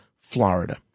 Florida